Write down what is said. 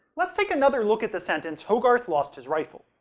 let's take another look at the sentence hogarth lost his rifle.